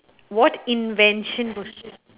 what invention w~